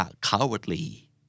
cowardly